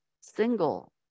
single